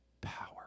power